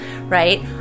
right